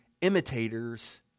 imitators